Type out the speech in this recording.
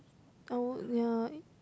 I would ya